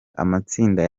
amatsinda